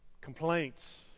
complaints